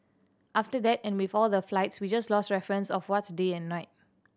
after that and with all the flights we just lost reference of what's day and night